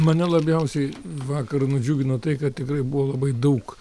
mane labiausiai vakar nudžiugino tai kad tikrai buvo labai daug